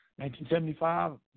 1975